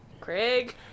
Craig